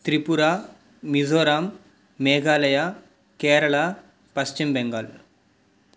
Tripura Mizoram Meghalaya Kerala Paschim Bengal